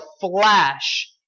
flash